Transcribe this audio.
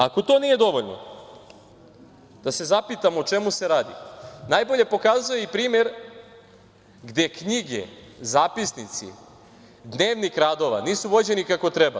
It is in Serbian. Ako to nije dovoljno, da se zapitamo o čemu se radi, najbolje pokazuje primer gde knjige, zapisnici, dnevnik radova, nisu vođeni kako treba.